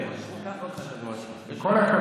היא לא יכולה לקצר באמצע נאום, עם כל הכבוד.